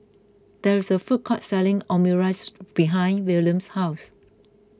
there is a food court selling Omurice behind Williams' house